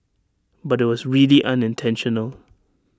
but IT was really unintentional